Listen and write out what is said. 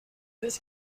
this